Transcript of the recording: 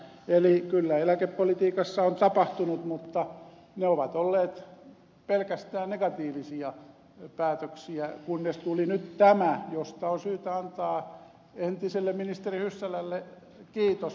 eli kyllä eläkepolitiikassa on tapahtunut mutta ne ovat olleet pelkästään negatiivisia päätöksiä kunnes tuli nyt tämä josta on syytä antaa entiselle ministerille hyssälälle kiitos